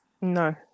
no